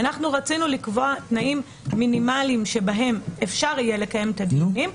רצינו לקבוע תנאים מינימליים שבהם אפשר יהיה לקיים את הדיונים,